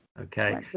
Okay